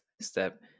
step